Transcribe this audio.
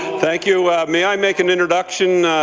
thank you, may i make an introduction.